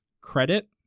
credit